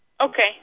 Okay